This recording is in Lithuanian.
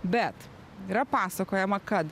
bet yra pasakojama kad